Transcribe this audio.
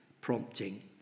prompting